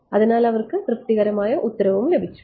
അതിനാൽ അവർക്ക് തൃപ്തികരമായ ഉത്തരം ലഭിച്ചു